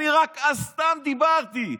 אני רק סתם דיברתי.